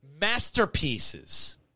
masterpieces